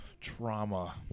trauma